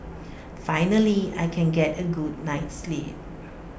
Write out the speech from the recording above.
finally I can get A good night's sleep